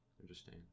Interesting